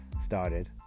started